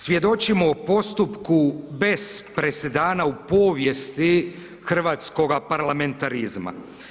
Svjedočimo o postupku bez presedana u povijesti hrvatskoga parlamentarizma.